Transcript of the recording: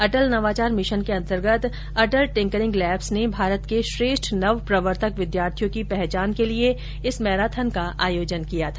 अटल नवाचार मिशन के अंतर्गत अटल टिंकरिंग लैब्स ने भारत के श्रेष्ठ नव प्रवर्तक विद्यार्थियों की पहचान के लिए इस मैराथन का आयोजन किया था